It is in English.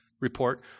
report